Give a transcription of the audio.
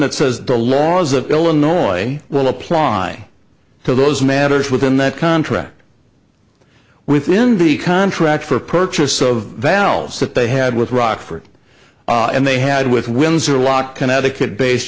that says the laws of illinois will apply to those matters within that contract within the contract for purchase of valves that they had with rockford and they had with windsor lot connecticut base